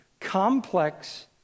complex